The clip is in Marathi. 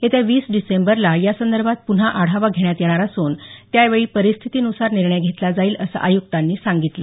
येत्या वीस डिसेंबरला यासंदर्भात पुन्हा आढावा घेण्यात येणार असून त्यावेळी परिस्थितीनुसार निर्णय घेतला जाईल असं आयुक्तांनी सांगितलं